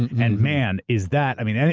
and man, is that. i mean,